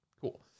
Cool